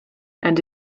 and